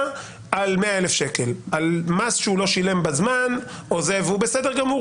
על 100 אלף שקלים על מס שהוא לא שילם בזמן והוא בסדר גמור,